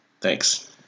thanks